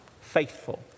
faithful